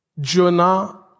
Jonah